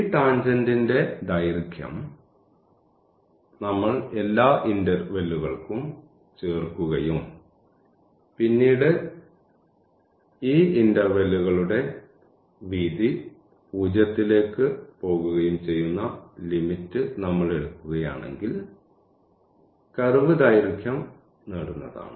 ഈ ടാൻജെന്റിന്റെ ദൈർഘ്യം നമ്മൾ എല്ലാ ഇൻറർവെല്ലുകൾക്കും ചേർക്കുകയും പിന്നീട് ഈ ഇൻറർവെല്ലുകളുടെ വീതി 0 ലേക്ക് പോകുകയും ചെയ്യുന്ന ലിമിറ്റ് നമ്മൾ എടുക്കുകയാണെങ്കിൽ കർവ് ദൈർഘ്യം നേടുന്നതാണ്